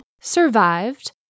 survived